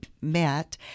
met